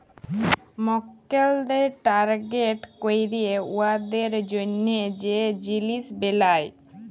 মক্কেলদের টার্গেট ক্যইরে উয়াদের জ্যনহে যে জিলিস বেলায়